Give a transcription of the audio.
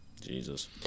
Jesus